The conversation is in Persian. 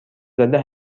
زده